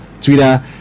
Twitter